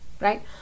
right